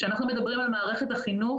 כאשר אנחנו מדברים על מערכת החינוך,